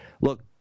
look